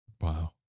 Wow